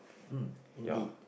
mm indeed